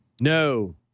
No